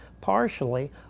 partially